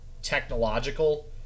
technological